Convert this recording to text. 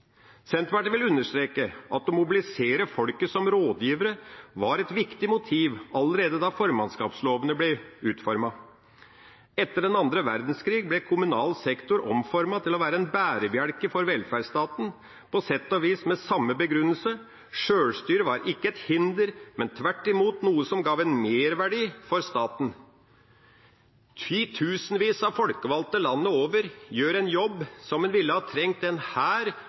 Senterpartiet vil understreke at å mobilisere folket som rådgivere var et viktig motiv allerede da formannskapslovene ble utformet. Etter den andre verdenskrigen ble kommunal sektor omformet til å være en bærebjelke for velferdsstaten, på sett og vis med samme begrunnelse – sjølstyret var ikke et hinder, men tvert imot noe som ga en merverdi for staten. Titusenvis av folkevalgte landet over gjør en jobb som en ville ha trengt en